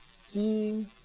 seeing